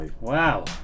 Wow